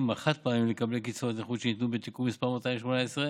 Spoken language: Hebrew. החד-פעמיים למקבלי קצבאות נכות שניתנו בתיקון מס' 218,